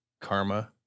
karma